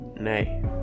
nay